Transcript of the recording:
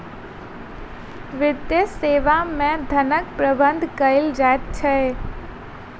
वित्तीय सेवा मे धनक प्रबंध कयल जाइत छै